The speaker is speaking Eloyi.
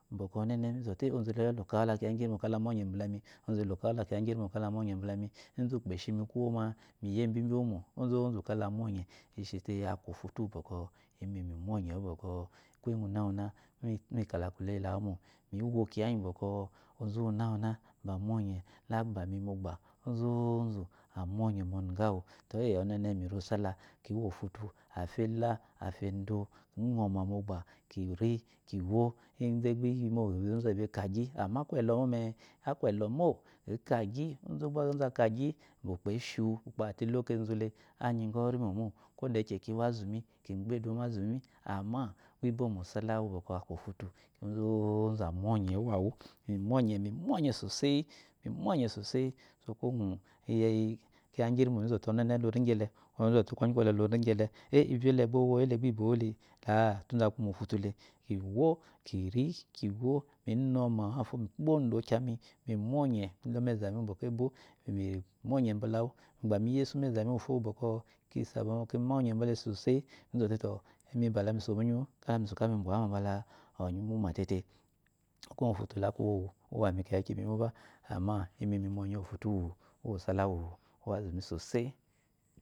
Bɔkɔ onoɛnɛ mizɔte e ozele ononɛ lokawu lakiya ngiri mo kala myɔnye mbala mi ozu ele lokawu lakiya ngirimo kala myɔnye mbala mi ide ukpo ashimi kuwo ma, miya ebu ibiwomo ozozu kala myɔmyɛ ishite aku ofutu uwu bɔkɔ mi myɔnyɛ wu bɔkɔ kuye gunagu na mikala kuleyi lawu mo miwo kiya ngi ɓɔkɔ ozuwunawuna ba myɔnyɛ lagbami mogba ozozu amu onye momugawu te e-e ɔnɛnɛ miri osala uwu ofutu afyi ela, afyi edu mi aɔma mogba kiri kiwo inde gba iyimo ozu ekagyi ama aku ellɔ momɛ aku elɔ mo mi kagyi ide gba ozu akagyi ukpo eshiwu ikpo azɔte, elokezu le anyiyo ɔwɛ iri mo mó kwo deyikyi kiwo azumi, kigbɛ eduwo mu azumi ama gbi bo mosala uwu bɔkɔ aku ofutu ozozu onyonye wu uwawu mimyɔnyɛ mi mimyenyi soseyi mimyɔnyɛ soseyi sɔkuwo ngu mi yi kiya ngiri mo mizote ɔnɛne lori gyɛyi de é ivye ɛlɛ gbowoyi le gbi boole a-a tude aku mofutule kiwo kiri kiwo kinma mafo mukpodo leyami mimyɔye umaza uwu bɔkɔ ebo mimyɔye mbalawu mi gba miyese ume mi uwu fo bɔkɔ kisaba kimyɔnye mbala esu soseyi mizɔte tɔ imi ba lami so munyiwu kami so ka mibyawuma mbala onye imuma tete kuwo nga ofutu ele aku uwami kɛɛki mi moba ama im minye uwu ofutu uwu osala uwu azumi soseyi